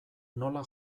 nola